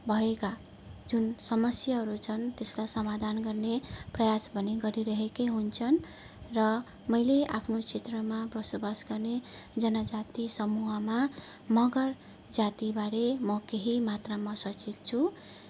भएका जुन समस्याहरू छन् त्यसलाई समाधान गर्ने प्रयास भने गरिरहेकै हुन्छन् र मैले आफ्नो क्षेत्रमा बसोबास गर्ने जनजाति समूहमा मगर जातिबारे म केही मात्रामा सचेत छु